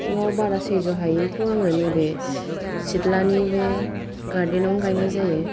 आव बारा सैज' हायिखौ आङो नैबे सिथलानि बे गारदेनावनो गायनाय जायो